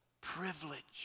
privilege